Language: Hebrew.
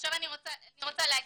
עכשיו אני רוצה להגיד,